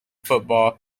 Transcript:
football